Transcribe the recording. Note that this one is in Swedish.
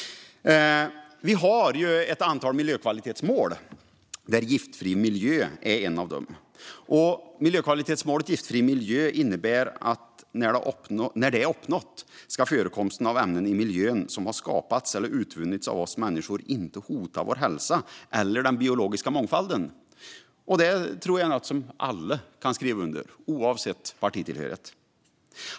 Vi har att antal miljökvalitetsmål, varav ett är Giftfri miljö. Detta mål innebär att när det är uppnått ska förekomsten av ämnen i miljön som har skapats eller utvunnits av oss människor inte hota vår hälsa eller den biologiska mångfalden. Detta tror jag är något som alla kan skriva under på, oavsett partitillhörighet.